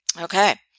Okay